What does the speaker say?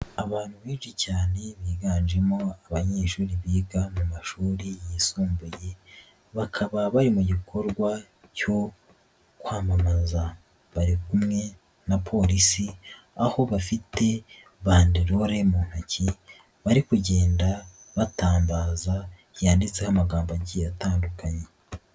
Abantu benshi cyane biganjemo abanyeshuri biga mu mashuri yisumbuye, bakaba bari mu gikorwa cyo kwamamaza, bari kumwe na polisi aho bafite banderole mu ntoki bari kugenda batangaza yanditseho amagambo agiye atandukanye.